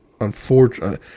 unfortunately